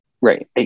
Right